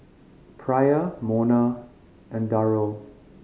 Pryor Monna and Darold